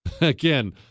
Again